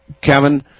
Kevin